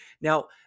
Now